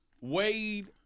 Wade